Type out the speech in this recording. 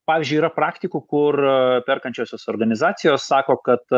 pavyzdžiui yra praktikų kur perkančiosios organizacijos sako kad